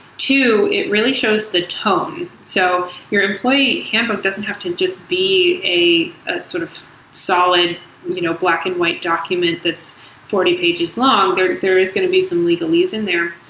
two, it really shows the tone. so your employee handbook doesn't have to just be a sort of solid you know black-and-white document that's forty pages long. there there is going to be some legal lease in there,